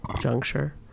juncture